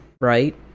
right